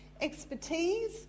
Expertise